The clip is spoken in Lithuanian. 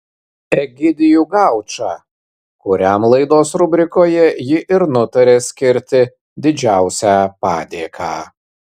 egidijų gaučą kuriam laidos rubrikoje ji ir nutarė skirti didžiausią padėką